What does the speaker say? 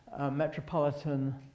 Metropolitan